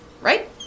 Right